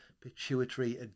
pituitary